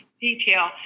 detail